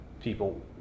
people